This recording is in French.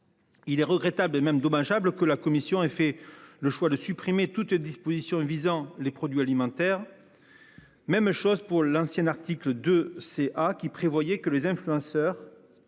Il est regrettable et même dommageable que la commission ait fait le choix de supprimer toutes dispositions visant les produits alimentaires. Même chose pour l'ancienne article de C. à qui prévoyait que les influenceurs.